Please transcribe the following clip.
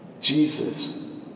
Jesus